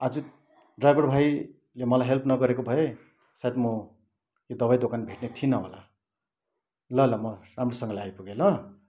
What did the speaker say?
आज ड्राइभर भाइले मलाई हेल्प नगरेको भए सायद म यो दबाई दोकान भेट्ने थिइन होला ल ल म राम्रोसँगले आइपुगेँ ल